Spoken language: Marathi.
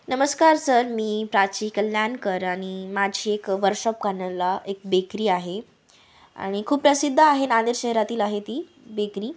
नमस्कार सर मी प्राची कल्याणकर आणि माझी एक एक बेकरी आहे आणि खूप प्रसिद्ध आहे नांदेड शहरातील आहे ती बेकरी